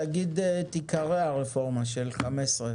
תגיד את עיקרי הרפורמה של 2015,